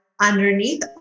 underneath